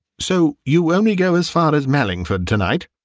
so you only go as far as mallingford to-night?